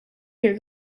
here